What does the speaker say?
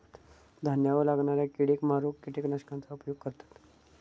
धान्यावर लागणाऱ्या किडेक मारूक किटकनाशकांचा उपयोग करतत